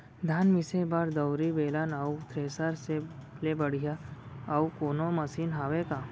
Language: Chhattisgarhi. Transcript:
धान मिसे बर दउरी, बेलन अऊ थ्रेसर ले बढ़िया अऊ कोनो मशीन हावे का?